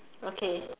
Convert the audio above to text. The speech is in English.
okay